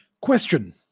question